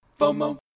FOMO